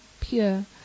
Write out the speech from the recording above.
pure